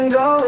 go